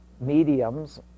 mediums